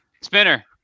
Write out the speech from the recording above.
Spinner